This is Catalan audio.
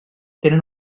tenen